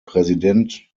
präsident